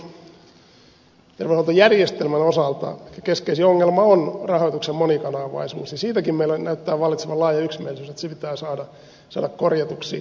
suomalaisen terveydenhuoltojärjestelmän osalta keskeisin ongelma on rahoituksen monikanavaisuus ja siitäkin meillä näyttää vallitsevan laaja yksimielisyys että se pitää saada korjatuksi